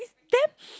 damn